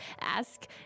ask